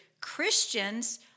Christians